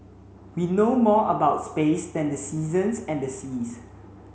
we know more about space than the seasons and the seas